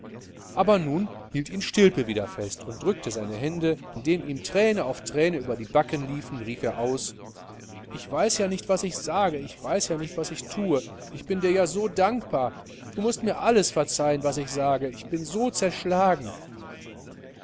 aber nun hielt ihn stilpe wieder fest und drückte seine hände und indem ihm thräne auf thräne über die backen lief rief er aus ich weiß ja nicht was ich sage ich weiß ja nicht was ich thue ich bin dir ja so dankbar du mußt mir alles verzeihen was ich sage ich bin ja ganz zerschlagen